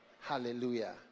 Hallelujah